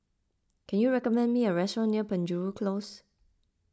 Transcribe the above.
can you recommend me a restaurant near Penjuru Close